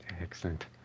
Excellent